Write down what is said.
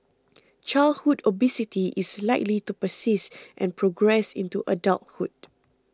childhood obesity is likely to persist and progress into adulthood